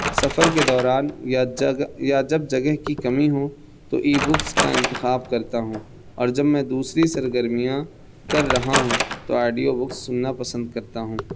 سفر کے دوران یا یا جب جگہ کی کمی ہو تو ای بکس کا انتخاب کرتا ہوں اور جب میں دوسری سرگرمیاں کر رہا ہوں تو آئڈیو بکس سننا پسند کرتا ہوں